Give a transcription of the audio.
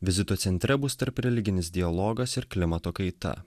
vizito centre bus tarp religinis dialogas ir klimato kaita